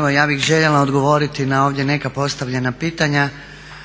Evo ja bih željela odgovoriti na ovdje neka postavljena pitanja,